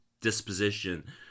disposition